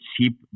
cheap